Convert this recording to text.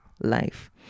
life